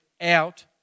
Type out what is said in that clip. out